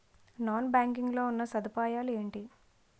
Non banking లో ఉన్నా సదుపాయాలు ఎంటి?